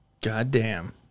Goddamn